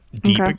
deep